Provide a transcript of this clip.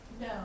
No